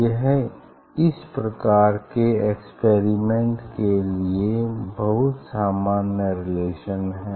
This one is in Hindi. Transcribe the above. यह इस प्रकार के एक्सपेरिमेंट के लिए बहुत सामान्य रिलेशन है